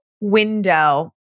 window